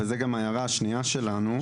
וזו גם ההערה השנייה שלנו,